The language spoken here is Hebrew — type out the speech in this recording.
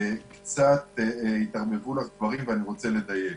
קצת התערבבו לך דברים, ואני רוצה לדייק.